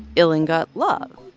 ilongot love.